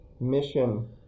mission